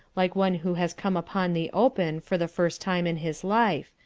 like one who has come upon the open for the first time in his life,